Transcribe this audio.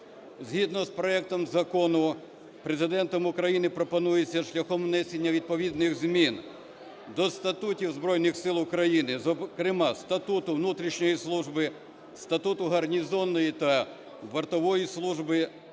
Згідно з проектом Закону Президентом України пропонується шляхом внесення відповідних змін до статутів Збройних Сил України, зокрема Статуту внутрішньої служби, Статуту гарнізонної та вартової служби,